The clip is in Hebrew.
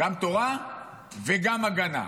גם תורה וגם הגנה.